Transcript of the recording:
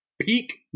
peak